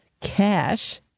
cash